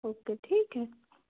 okay ठीक है